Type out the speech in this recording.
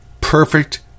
perfect